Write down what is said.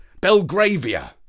Belgravia